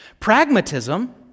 Pragmatism